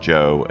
Joe